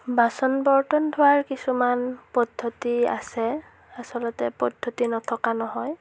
বাচন বৰ্তন ধোৱাৰ কিছুমান পদ্ধতি আছে আচলতে পদ্ধতি নথকা নহয়